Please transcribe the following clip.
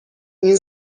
این